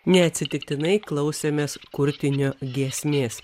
neatsitiktinai klausėmės kurtinio giesmės